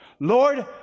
Lord